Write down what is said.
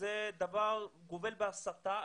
שזה דבר שגובל בהסתה.